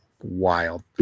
wild